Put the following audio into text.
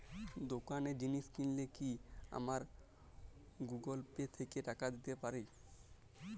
দোকানে জিনিস কিনলে কি আমার গুগল পে থেকে টাকা দিতে পারি?